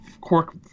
Cork